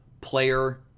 player